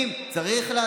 אז בזה צריך לטפל.